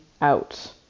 out